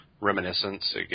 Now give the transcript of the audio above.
reminiscence